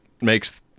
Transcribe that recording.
Makes